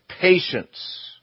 patience